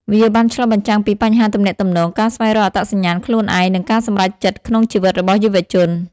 វាបានឆ្លុះបញ្ចាំងពីបញ្ហាទំនាក់ទំនង ការស្វែងរកអត្តសញ្ញាណខ្លួនឯង និងការសម្រេចចិត្តក្នុងជីវិតរបស់យុវជន។